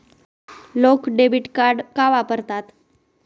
लोक debit card का वापरतात?